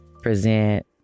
present